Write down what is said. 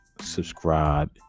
subscribe